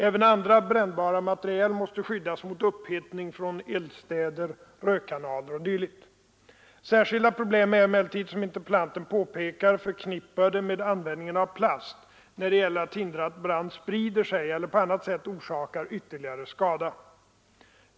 Även andra brännbara material måste skyddas mot upphettning från eldstäder, rökkanaler o. d. Särskilda problem är emellertid, som interpellanten påpekar, förknippade med användningen av plast när det gäller att hindra att brand sprider sig eller på annat sätt orsakar ytterligare skada.